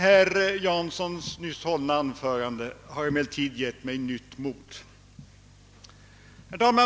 Herr Janssons nyss hållna anförande har emellertid givit mig nytt mod.